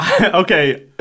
okay